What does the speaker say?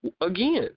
again